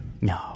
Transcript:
No